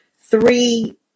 three